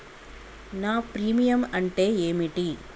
నా ప్రీమియం అంటే ఏమిటి?